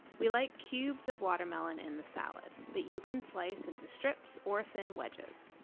we like cubes of watermelon in the salad, but you can slice into strips or thin wedges.